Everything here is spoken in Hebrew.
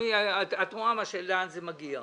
תאמיני לי, את רואה לאן זה מגיע.